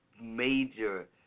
major